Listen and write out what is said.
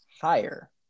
Higher